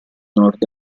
nord